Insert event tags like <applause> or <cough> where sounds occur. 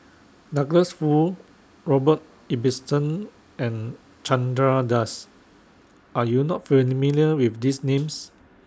Douglas Foo Robert Ibbetson and Chandra Das Are YOU not <unintelligible> with These Names